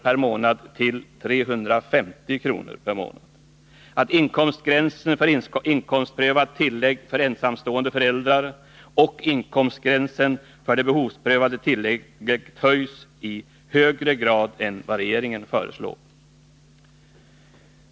per månad till 350 kr. per månad, att inkomstgränsen för inkomstprövat tillägg för ensamstående föräldrar och inkomstgränsen för det behovsprövade tillägget höjs i högre grad än vad regeringen föreslår.